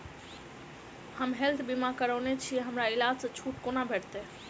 हम हेल्थ बीमा करौने छीयै हमरा इलाज मे छुट कोना भेटतैक?